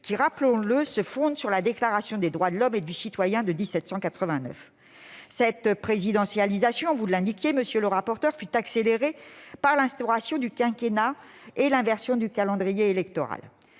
qui, rappelons-le, se fondent sur la Déclaration des droits de l'homme et du citoyen de 1789. Cette présidentialisation, comme vous l'indiquiez, monsieur le rapporteur, a été précipitée par l'instauration du quinquennat et l'inversion du calendrier électoral.